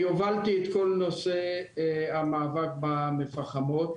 אני הובלתי את כל נושא המאבק במפחמות.